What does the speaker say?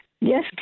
Yes